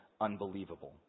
unbelievable